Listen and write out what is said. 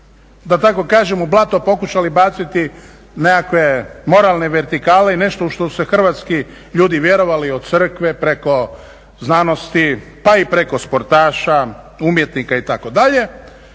da tako kažem u blato pokušali baciti nekakve moralne vertikale i nešto u što se hrvatski ljudi vjerovali, od Crkve preko znanosti, pa i preko sportaša, umjetnika itd.